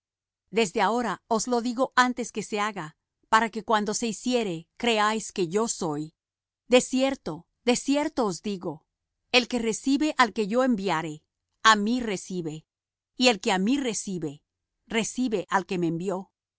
desde ahora os lo digo antes que se haga para que cuando se hiciere creáis que yo soy de cierto de cierto os digo el que recibe al que yo enviare á mí recibe y el que á mí recibe recibe al que me envió